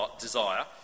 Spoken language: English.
desire